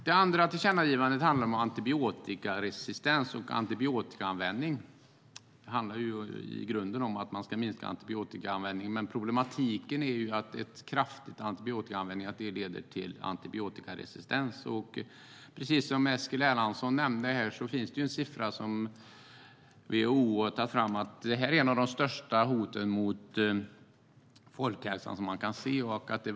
Det andra tillkännagivandet gäller antibiotikaanvändning och antibiotikaresistens. I grunden handlar det om att minska antibiotikaanvändningen. Problemet är att en kraftig antibiotikaanvändning leder till antibiotikaresistens. Precis som Eskil Erlandsson nämnde visar siffror att det är ett av de största hoten mot folkhälsan.